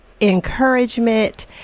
encouragement